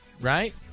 right